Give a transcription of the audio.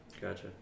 Gotcha